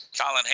Colin